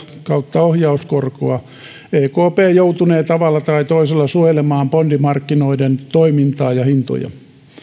tai ohjauskorkoa ekp joutunee tavalla tai toisella suojelemaan bondimarkkinoiden toimintaa ja hintoja